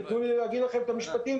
ותנו לי להגיד לכם את העובדות,